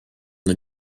the